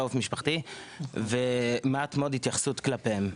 עורף משפחתי ומעט מאוד התייחסות כלפיהם,